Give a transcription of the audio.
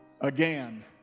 again